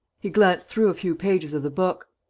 he glanced through a few pages of the book.